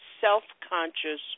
self-conscious